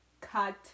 Cut